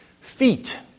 feet